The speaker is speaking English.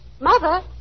Mother